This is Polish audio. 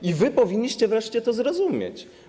I powinniście wreszcie to zrozumieć.